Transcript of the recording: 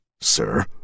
Sir